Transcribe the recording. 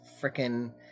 freaking